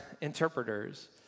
interpreters